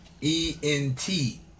E-N-T